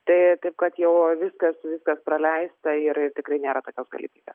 tai taip kad jau viskas viskas praleista ir tikrai nėra tokios galimybės